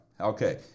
Okay